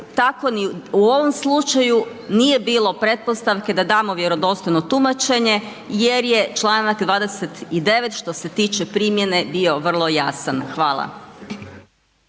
u ovom slučaju nije bilo pretpostavke da damo vjerodostojno tumačenje jer je Članak 29. što se tiče primjene bio vrlo jasan. Hvala.